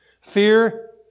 Fear